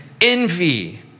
envy